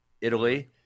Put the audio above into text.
Italy